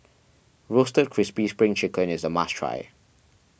Roasted Crispy Spring Chicken is a must try